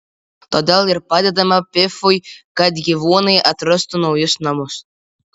todėl ir padedame pifui kad gyvūnai atrastų naujus namus